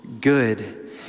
good